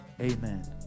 Amen